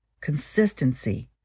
Consistency